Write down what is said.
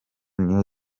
new